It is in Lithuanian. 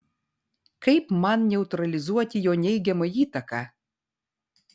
kaip man neutralizuoti jo neigiamą įtaką